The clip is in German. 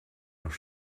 noch